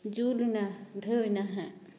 ᱡᱩᱞᱮᱱᱟ ᱫᱷᱟᱹᱣᱮᱱᱟ ᱦᱟᱸᱜ